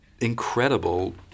incredible